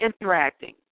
interacting